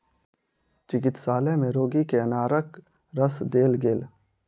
चिकित्सालय में रोगी के अनारक रस देल गेल